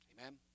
Amen